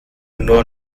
nur